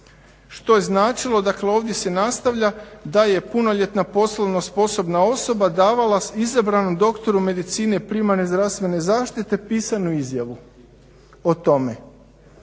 što je značilo dakle ovdje se nastavlja da je punoljetna poslovno sposobna osoba davala izabranom doktoru medicine primarne zdravstvene zaštite pisanu izjavu o tome.